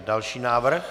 Další návrh.